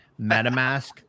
MetaMask